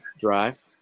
drive